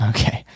Okay